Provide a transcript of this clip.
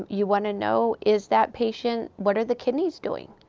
you want to know, is that patient what are the kidneys doing?